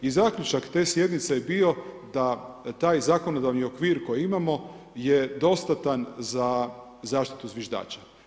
I zaključak te sjednice je bio da taj zakonodavni okvir koji imamo je dostatan za zaštitu zviždača.